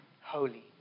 Holy